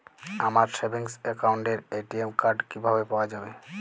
আমার সেভিংস অ্যাকাউন্টের ATM card কিভাবে পাওয়া যাবে?